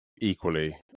equally